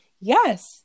yes